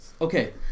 Okay